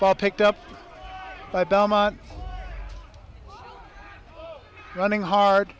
picked up by belmont running hard